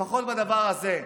לפחות בדבר הזה,